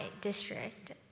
district